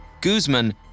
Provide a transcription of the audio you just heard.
Guzman